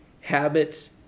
habits